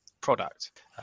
product